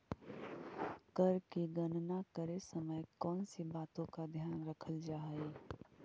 कर की गणना करे समय कौनसी बातों का ध्यान रखल जा हाई